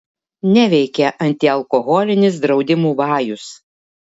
neveikia antialkoholinis draudimų vajus